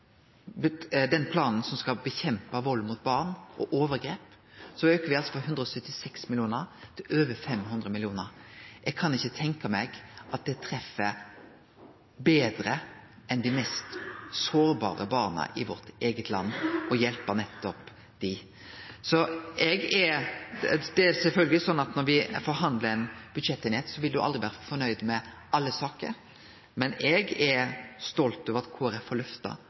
til den planen som skal motverke vald mot barn og overgrep, aukar me med 176 mill. kr, til over 500 mill. kr. Eg kan ikkje tenkje meg at det treffer betre enn når det gjeld dei mest sårbare barna i vårt eige land – det å hjelpe nettopp dei. Det er sjølvsagt slik at når ein forhandlar eit budsjettforlik, vil ein aldri vere fornøgd med alle saker, men eg er stolt over at Kristelg Folkeparti gjennom budsjettforliket har løfta